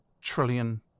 trillion